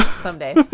someday